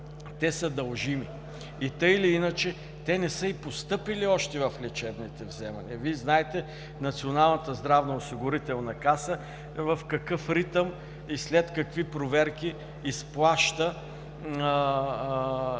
те са дължими. Тъй или иначе те не са и постъпили още в лечебните вземания. Вие знаете Националната здравноосигурителна каса в какъв ритъм и след какви проверки изплаща задълженията